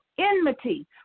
enmity